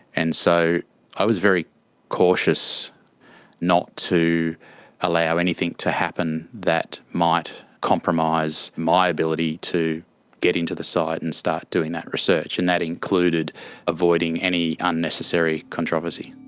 and so i was very cautious not to allow anything to happen that might compromise my ability to get into the site and start doing that research and that included avoiding any unnecessary controversy.